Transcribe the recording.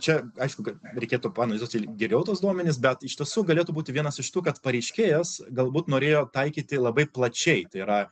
čia aišku kad reikėtų paanalizuoti l geriau tuos duomenis bet iš tiesų galėtų būti vienas iš tų kad pareiškėjas galbūt norėjo taikyti labai plačiai tai yra